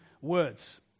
Words